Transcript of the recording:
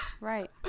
right